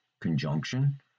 conjunction